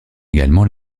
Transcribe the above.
également